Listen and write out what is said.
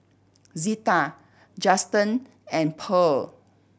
Zeta Justen and Pearl